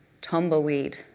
tumbleweed